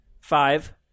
five